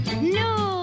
No